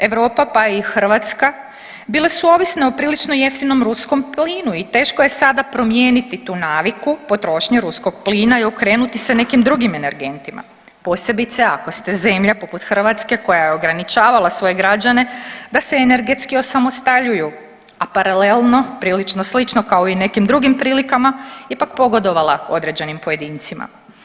Europa pa i Hrvatska bile su ovisne o prilično jeftinom ruskom plinu i teško je sada promijeniti tu naviku potrošnje ruskog pline i okrenuti se nekim drugim energentima posebice ako ste zemlja poput Hrvatske koja je ograničavala svoje građane da se energetski osamostaljuju, a paralelno prilično slično kao i u nekim drugim prilikama ipak pogodovala određenim pojedincima.